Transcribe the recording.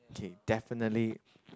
okay definitely